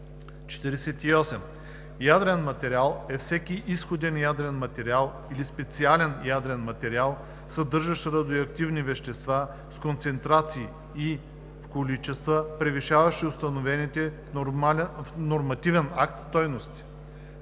„48. „Ядрен материал“ е всеки изходен ядрен материал или специален ядрен материал, съдържащ радиоактивни вещества с концентрации и в количества, превишаващи установените в нормативен акт стойности.“